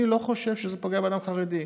אני לא חושב שזה פוגע באדם חרדי.